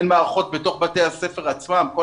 אין מערכות בתוך בתי הספר עצמם וכל